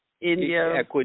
India